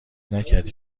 نکردی